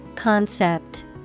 Concept